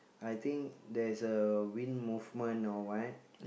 I think there's a wind movement or what